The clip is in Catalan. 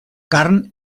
carn